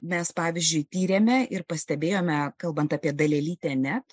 mes pavyzdžiui tyrėme ir pastebėjome kalbant apie dalelytę net